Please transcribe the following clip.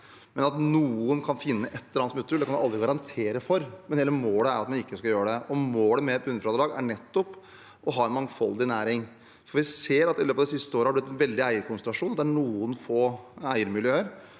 At noen kan finne et eller annet smutthull, kan vi aldri garantere for, men hele målet er at man ikke skal kunne det. Målet med et bunnfradrag er nettopp å ha en mangfoldig næring. Vi ser at det i løpet av det siste året har blitt en veldig eierkonsentrasjon. Det er noen få eiermiljøer